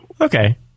Okay